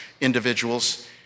individuals